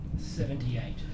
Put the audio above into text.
Seventy-eight